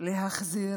להחזיר